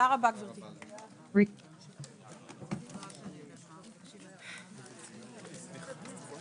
הישיבה ננעלה בשעה 11:05.